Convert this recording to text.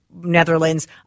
Netherlands